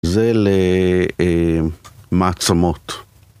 זה למעצמות